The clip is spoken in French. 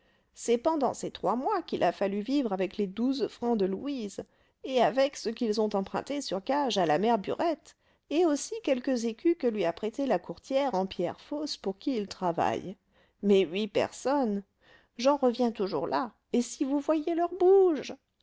c'est pendant ces trois mois qu'il a fallu vivre avec les douze francs de louise et avec ce qu'ils ont emprunté sur gages à la mère burette et aussi quelques écus que lui a prêtés la courtière en pierres fausses pour qui il travaille mais huit personnes j'en reviens toujours là et si vous voyiez leur bouge